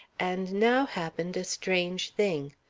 and now happened a strange thing.